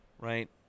right